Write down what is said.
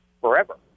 forever